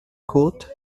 courte